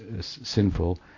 sinful